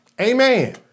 Amen